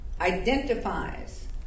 identifies